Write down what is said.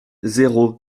zéro